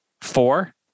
four